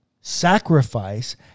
Sacrifice